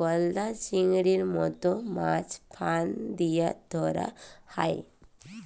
গলদা চিংড়ির মত মাছ ফাঁদ দিয়া ধ্যরা হ্যয়